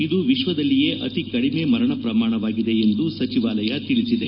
ಇದು ವಿಶ್ವದಲ್ಲಿಯೇ ಅತಿ ಕಡಿಮೆ ಮರಣ ಪ್ರಮಾಣವಾಗಿದೆ ಎಂದು ಸಚಿವಾಲಯ ತಿಳಿಸಿದೆ